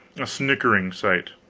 a sickening sight.